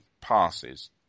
passes